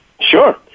Sure